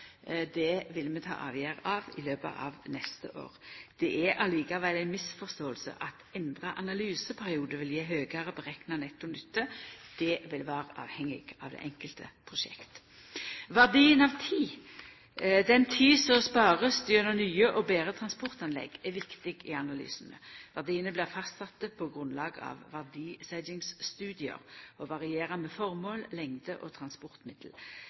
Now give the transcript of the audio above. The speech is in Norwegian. Det vil vi ta avgjerd om i løpet av neste år. Det er likevel ei misforståing at endra analyseperiode vil gje høgare berekna nettonytte – det vil vera avhengig av det enkelte prosjektet. Verdien av tid – den tida som ein sparar gjennom nye og betre transportanlegg – er viktig i analysane. Verdiane blir fastsette på grunnlag av verdsetjingsstudium og varierer med føremål, lengd og transportmiddel.